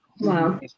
wow